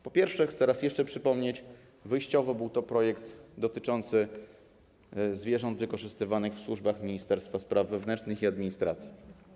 Po pierwsze, chcę jeszcze raz przypomnieć, że wyjściowo był to projekt dotyczący zwierząt wykorzystywanych w służbach Ministerstwa Spraw Wewnętrznych i Administracji.